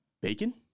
Bacon